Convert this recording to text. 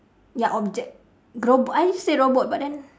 ya object robot I said robot but then